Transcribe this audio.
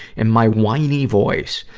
and my whiny voice,